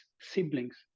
siblings